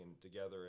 together